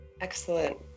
Excellent